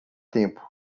tempo